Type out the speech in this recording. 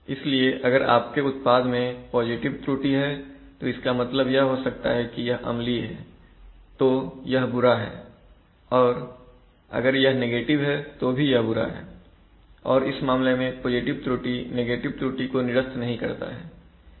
इसलिए अगर आपके उत्पाद में पॉजिटिव त्रुटि है तो इसका मतलब यह हो सकता है कि यह अम्लीय हैतो यह बुरा है और अगर यह नेगेटिव है तो भी यह बुरा है और इस मामले में पॉजिटिव त्रुटि नेगेटिव त्रुटि को निरस्त नहीं करता है